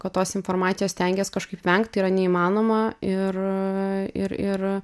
kad tos informacijos stengies kažkaip vengt tai yra neįmanoma ir ir ir